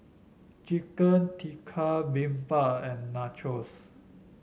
Chicken Tikka Bibimbap and Nachos